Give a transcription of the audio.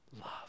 love